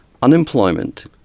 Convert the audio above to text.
Unemployment